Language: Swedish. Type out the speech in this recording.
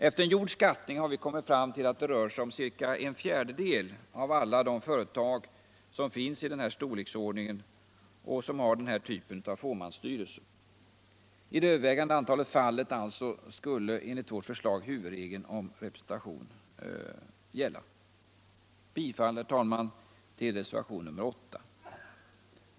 Efter en gjord skattning har vi kommit fram till att ca en fjärdedel av alla företag som finns i denna storleksordning har den här typen av fåmansstyrelse. I det övervägande antalet fall skulle alltså enligt vårt förslag huvudregeln om representation gälla. Jag yrkar bifall till reservationen 8.